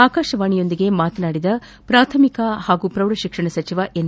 ಆಕಾಶವಾಣಿಯೊಂದಿಗೆ ಮಾತನಾಡಿದ ಪ್ರಾಥಮಿಕ ಹಾಗೂ ಪೌಢಶಿಕ್ಷಣ ಸಚಿವ ಎನ್